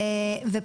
הישיבה נעולה.